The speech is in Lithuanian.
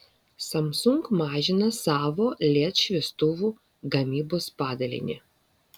samsung mažina savo led šviestuvų gamybos padalinį